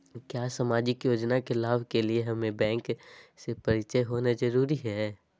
क्या सामाजिक योजना के लाभ के लिए हमें बैंक से परिचय होना जरूरी है?